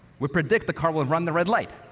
we predict the car will and run the red light.